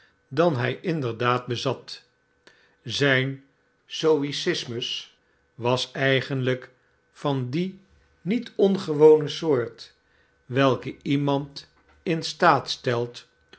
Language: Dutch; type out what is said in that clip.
dan hij inderdaad bezat zijnstoicismus was eigenlijk van die niet ongewone soort welke iemand in staat stelt